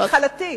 ההתחלתי,